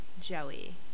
Joey